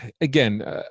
Again